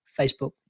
facebook